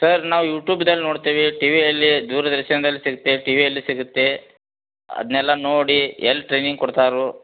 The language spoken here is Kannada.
ಸರ್ ನಾವು ಯೂಟ್ಯೂಬ್ದಲ್ಲಿ ನೋಡ್ತೆವೆ ಟಿವಿ ಅಲ್ಲಿ ದೂರದರ್ಶನದಲ್ಲಿ ಸಿಗ್ತೆ ಟಿವಿಯಲ್ಲಿ ಸಿಗುತ್ತೆ ಅದನ್ನೆಲ್ಲ ನೋಡಿ ಎಲ್ಲಿ ಟ್ರೈನಿಂಗ್ ಕೊಡ್ತಾರೋ